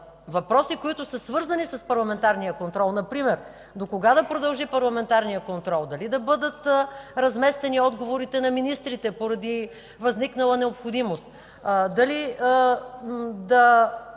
Въпроси обаче, свързани с парламентарния контрол, например докога да продължи той, дали да бъдат разместени отговорите на министрите поради възникнала необходимост, дали да